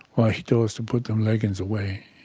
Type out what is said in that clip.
well, he told us to put them leggings away